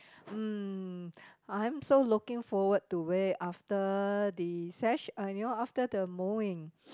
mm I'm so looking forward to wear after the sesh~ uh you know after the mowing